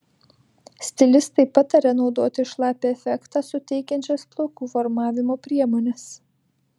stilistai pataria naudoti šlapią efektą suteikiančias plaukų formavimo priemones